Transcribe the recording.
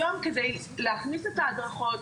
היום כדי להכניס את ההדרכות,